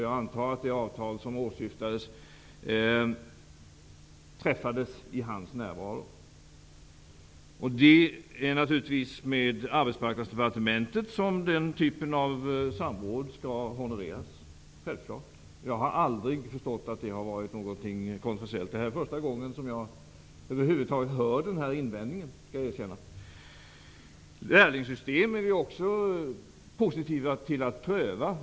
Jag antar att det avtal som åsyftades träffades i hans närvaro. Den typen av samråd skall självfallet hållas med Arbetsmarknadsdepartementet. Jag har aldrig förstått att det skulle ha varit kontroversiellt. Jag måste erkänna att det nu är första gången som jag över huvud taget hör den här invändningen. Vi är positiva till att pröva också lärlingssystemet.